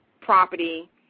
property